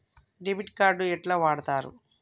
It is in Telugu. డెబిట్ కార్డు ఎట్లా వాడుతరు?